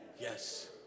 Yes